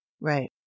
Right